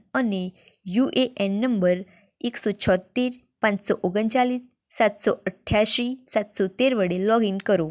અને U A N number એકસો છોત્તેર પાંચસો ઓગણચાલીસ સાતસો અઠ્યાશી સાતસો તેર વડે લોગઇન કરો